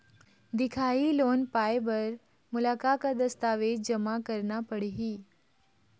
दिखाही लोन पाए बर मोला का का दस्तावेज जमा करना पड़ही?